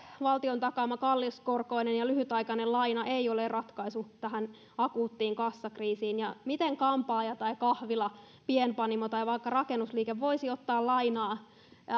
valtion takaama kalliskorkoinen ja lyhytaikainen laina ei ole ratkaisu tähän akuuttiin kassakriisiin miten kampaaja tai kahvila pienpanimo tai vaikka rakennusliike voisi ottaa lainaa